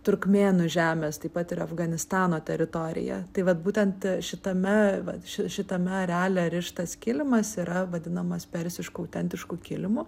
turkmėnų žemės taip pat ir afganistano teritorija tai vat būtent šitame va šitame areale rištas kilimas yra vadinamas persišku autentišku kilimu